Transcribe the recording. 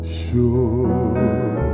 sure